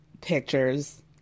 pictures